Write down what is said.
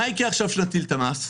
מה יקרה עכשיו, כשנטיל את המס?